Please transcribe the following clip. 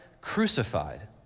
crucified